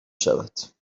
شود